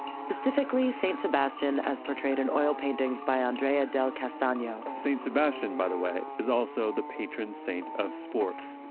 specifically saint sebastian as portrayed in oil paintings by andrea del castano. st. sebastian by the way, is also the patron saint of sports.